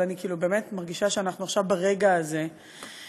אבל אני באמת מרגישה שאנחנו עכשיו ברגע הזה שבו,